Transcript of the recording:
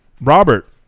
Robert